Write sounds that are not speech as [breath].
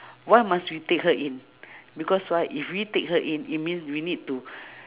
why must we take her in because why if we take her in it means we need to [breath]